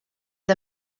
the